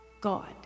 God